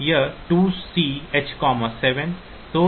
यह 2Ch7